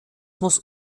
muss